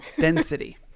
density